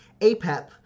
Apep